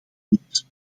niet